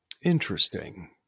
Interesting